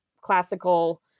classical